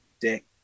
dick